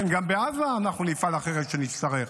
כן, גם בעזה אנחנו נפעל אחרת כשנצטרך,